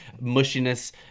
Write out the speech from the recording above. mushiness